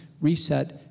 reset